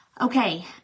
Okay